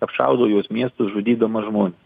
apšaudo jos miestus žudydama žmones